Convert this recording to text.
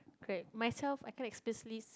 correct myself I cannot explicitly